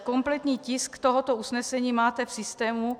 Kompletní tisk tohoto usnesení máte v systému.